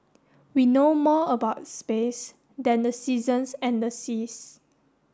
we know more about space than the seasons and the seas